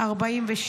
42